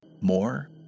more